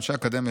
אנשי האקדמיה,